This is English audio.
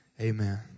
Amen